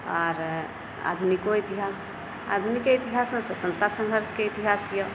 आर आधुनिको इतिहास आधुनिके इतिहासमे स्वतन्त्रता सङ्ग्रामके इतिहास अछि